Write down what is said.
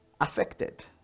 affected